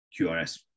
QRS